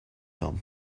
them